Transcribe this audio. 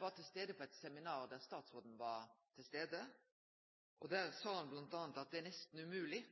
var til stades på eit seminar der statsråden var til stades. Der sa han m.a. at det er nesten umogleg